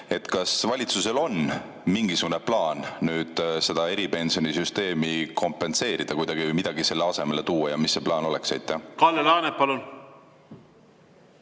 kas valitsusel on mingisugune plaan seda eripensionisüsteemi kompenseerida, midagi selle asemele tuua. Mis see plaan oleks? Kalle Laanet, palun!